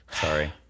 Sorry